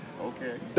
Okay